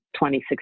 2016